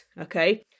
okay